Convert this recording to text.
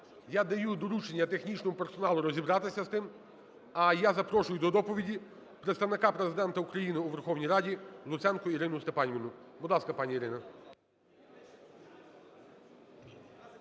Я даю доручення технічному персоналу розібратися з тим. А я запрошую до доповіді Представника Президента України у Верховній Раді Луценко Ірину Степанівну. Будь ласка, пані Ірино.